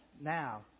now